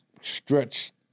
stretched